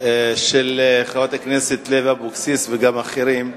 של חברת הכנסת לוי אבקסיס וגם של אחרים.